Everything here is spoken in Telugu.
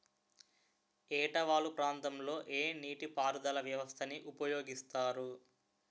ఏట వాలు ప్రాంతం లొ ఏ నీటిపారుదల వ్యవస్థ ని ఉపయోగిస్తారు?